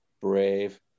brave